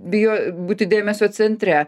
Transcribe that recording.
bijo būti dėmesio centre